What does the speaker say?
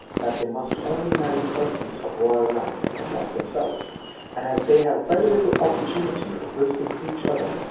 that they must only marry persons of royal rank, like themselves and as they have very little opportunity of visiting each other,